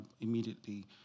immediately